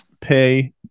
pay